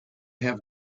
have